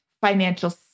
Financial